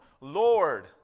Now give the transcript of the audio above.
Lord